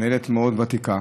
מנהלת מאוד ותיקה,